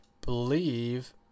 believe